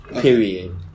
Period